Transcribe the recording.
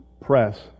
press